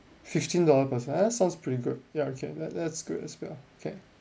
fifteen dollar per person ah that's sounds pretty good ya okay that's good as well okay